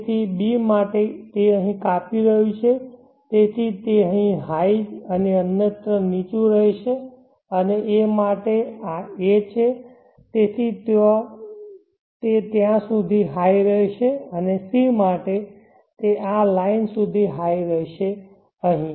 તેથી b માટે તે અહીં કાપી રહ્યું છે તેથી તે અહીં હાઈ અને અન્યત્ર નીચું હશે અને a માટે આ a છે તેથી તે ત્યાં સુધી હાઈ રહેશે અને c માટે તે આ લાઈન સુધી હાઈ રહેશે અહીં